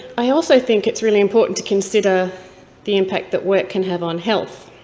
i also think it's really important to consider the impact that work can have on health.